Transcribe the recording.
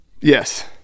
Yes